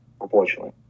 unfortunately